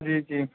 جی جی